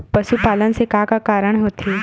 पशुपालन से का का कारण होथे?